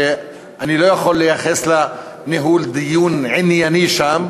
שאני לא יכול לייחס לה ניהול דיון ענייני שם,